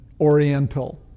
oriental